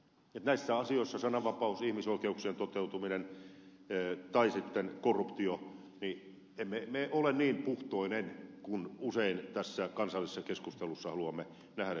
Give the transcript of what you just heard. näissä asioissa sananvapaus ihmisoikeuksien toteutuminen tai sitten korruptio emme me ole niin puhtoisia kuin usein tässä kansallisessa keskustelussa haluamme nähdä